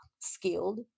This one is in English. skilled